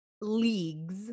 leagues